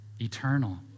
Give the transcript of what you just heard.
eternal